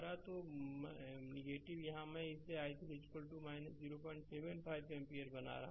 तो यहाँ मैं इसे i3 075 एम्पीयर बना रहा हूँ